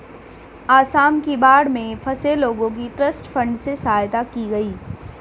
आसाम की बाढ़ में फंसे लोगों की ट्रस्ट फंड से सहायता की गई